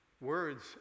words